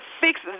fix